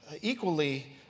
equally